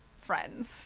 friends